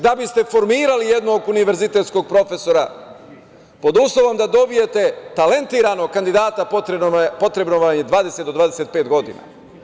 Da biste formirali jednog univerzitetskog profesora pod uslovom da dobijte talentovanog kandidata, potrebno vam je 20 do 25 godina.